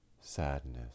sadness